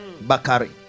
Bakari